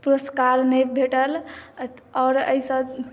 पुरस्कार नहि भेटल आओर एहिसँ